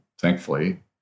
Thankfully